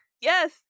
Yes